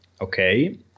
Okay